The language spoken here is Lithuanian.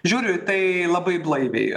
žiūriu į tai labai blaiviai